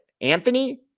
Anthony